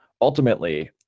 ultimately